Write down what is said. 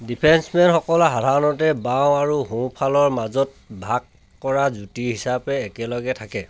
ডিফেন্সমেনসকল সাধাৰণতে বাওঁ আৰু সোঁফালৰ মাজত ভাগ কৰা যুটি হিচাপে একেলগে থাকে